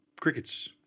Crickets